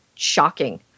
Shocking